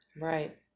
Right